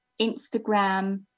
Instagram